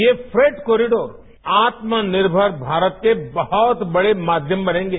यह freight corridor आत्मनिर्मर भारत के बहुत बड़े माध्यम बनेंगे